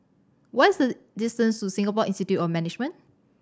what is the distance to Singapore Institute of Management